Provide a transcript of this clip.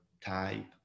type